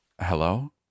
Hello